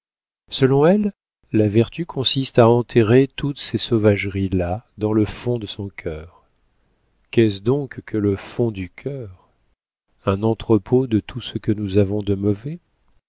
selon elle la vertu consiste à enterrer toutes ces sauvageries là dans le fond de son cœur qu'est-ce donc que le fond du cœur un entrepôt de tout ce que nous avons de mauvais